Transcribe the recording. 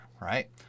right